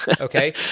okay